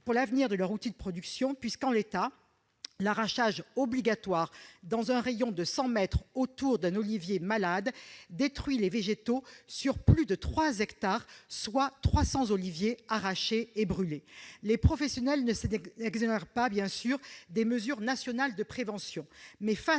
pour l'avenir de leur outil de production puisque, en l'état, l'arrachage obligatoire dans un rayon de 100 mètres autour d'un olivier malade détruit les végétaux sur plus de 3 hectares, ce qui signifie que 300 oliviers sont arrachés et brûlés. Les professionnels ne s'exonèrent pas des mesures nationales de prévention, mais, face à